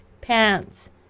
Pants